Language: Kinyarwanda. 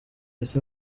ese